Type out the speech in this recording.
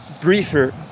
briefer